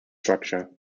structure